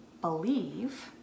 believe